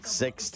six